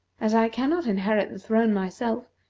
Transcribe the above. as i cannot inherit the throne myself,